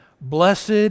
Blessed